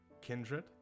Kindred